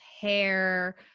hair